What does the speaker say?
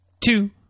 two